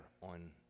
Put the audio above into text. on